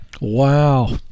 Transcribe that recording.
Wow